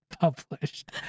published